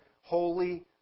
holy